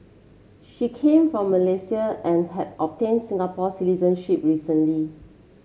she came from Malaysia and had obtained Singapore citizenship recently